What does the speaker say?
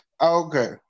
okay